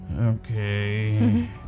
Okay